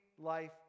life